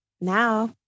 now